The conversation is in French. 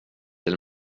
elle